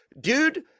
dude